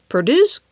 Produce